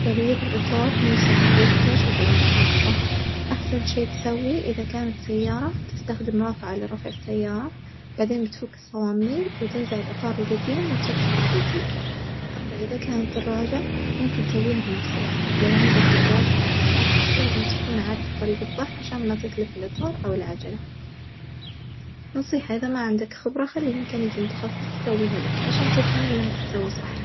تغيير الإطار مو سهل ويحتاج أدوات خاصة أحسن شي تسوي إذا كانت سيارة تستخدم رافعة لرفع السيارة بعدين بتفك الصواميل وتنزع الإطار الجديم وتركب الجديد، أما إذا كانت دراجة ممكن تسويها بنفسك لوعندك الأدوات المناسبة بس لازم تكون عارف الطريجة الصح عشان ما تتلف الإطار أو العجلة، نصيحة إذا ما عندك خبرة خلي ميكانيكي متخصص يسويها لك عشان تضمن إنها تتسوى صح.